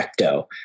Ecto